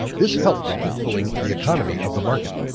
this helped in equalling the economy of the market.